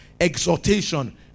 exhortation